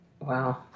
Wow